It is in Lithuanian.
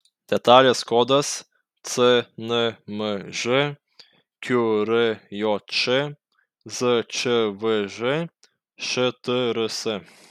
detalės kodas cnmž qrjš zčvž štrs